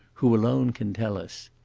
who alone could tell us.